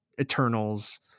Eternals